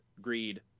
greed